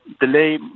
delay